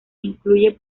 incluye